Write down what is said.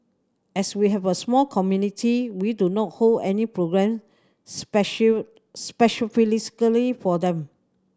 as we have a small community we do not hold any programme special for them